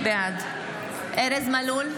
בעד ארז מלול,